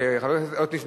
חבר הכנסת עתני שנלר,